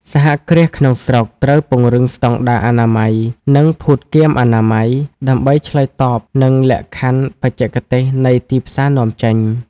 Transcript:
សហគ្រាសក្នុងស្រុកត្រូវពង្រឹងស្ដង់ដារអនាម័យ និងភូតគាមអនាម័យ ដើម្បីឆ្លើយតបនឹងលក្ខខណ្ឌបច្ចេកទេសនៃទីផ្សារនាំចេញ។